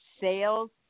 sales